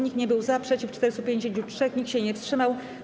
Nikt nie był za, przeciw - 453, nikt się nie wstrzymał.